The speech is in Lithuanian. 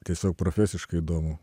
tiesiog profesiškai įdomu